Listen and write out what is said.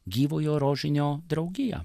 gyvojo rožinio draugiją